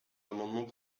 amendements